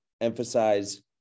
emphasize